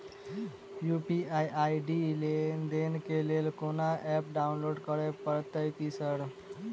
UPI ID लेनदेन केँ लेल कोनो ऐप डाउनलोड करऽ पड़तय की सर?